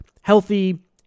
healthy